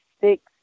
six